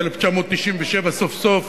ב-1997 סוף-סוף